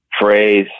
phrase